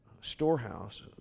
storehouse